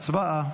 הצבעה.